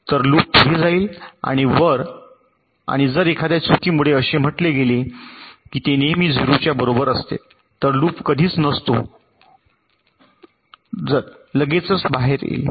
तर लूप पुढे जाईल आणि वर आणि जर एखाद्या चुकीमुळे असे म्हटले गेले की ते नेहमी 0 च्या बरोबर असते तर लूप कधीच नसतो जा ते लगेचच बाहेर येईल